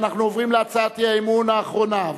אנחנו עוברים להצעת האי-אמון האחרונה,